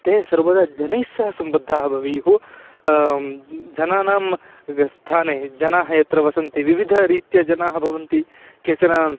ते सर्वदा जनैस्सह सम्बद्धः भवेयुः जनानां स्थाने जनाः यत्र वसन्ति विविधरीत्या जनाः भवन्ति केचन